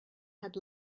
had